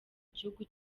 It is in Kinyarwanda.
gihugu